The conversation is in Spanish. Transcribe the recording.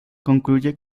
concluye